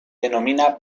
denomina